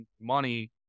money